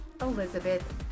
Elizabeth